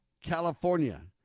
California